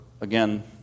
again